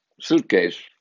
suitcase